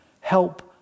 help